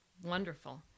Wonderful